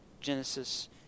Genesis